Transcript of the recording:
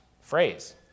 phrase